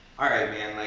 all right, man, like